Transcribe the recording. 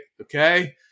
Okay